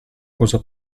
cosa